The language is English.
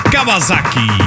Kawasaki